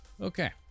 Okay